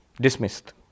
Dismissed